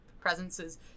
presences